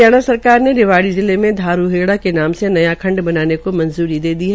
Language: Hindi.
हरियाणा सरकार ने रिवाड़ी जिले में धारूहेड़ा के नाम से नया खंड बनाने को मंजूरी दे दी है